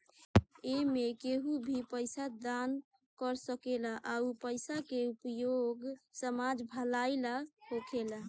एमें केहू भी पइसा दान कर सकेला आ उ पइसा के उपयोग समाज भलाई ला होखेला